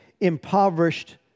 impoverished